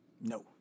no